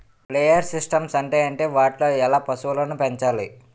Layer systems అంటే ఏంటి? వాటిలో ఎలా పశువులను పెంచాలి?